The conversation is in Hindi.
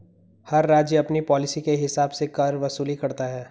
हर राज्य अपनी पॉलिसी के हिसाब से कर वसूली करता है